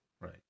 Right